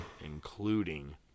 including